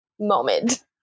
Moment